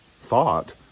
thought